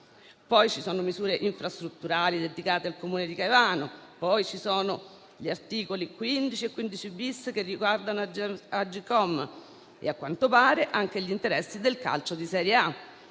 sono poi misure infrastrutturali dedicate al Comune di Caivano, gli articoli 15 e 15-*bis* che riguardano Agcom e, a quanto pare, anche gli interessi del calcio di Serie A.